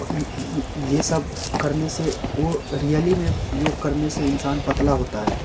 ये सब करने से वो रियली में योग करने से इंसान पतला होता है